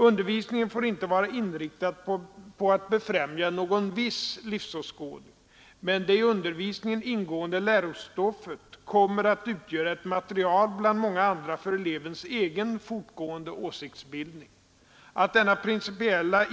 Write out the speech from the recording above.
Undervisningen får inte vara inriktad på att befrämja någon viss livsåskådning, men det i undervisningen ingående lärostoffet kommer att utgöra ett material bland många andra för elevens egen fortgående åsiktsbildning. Att denna principiella